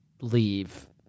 leave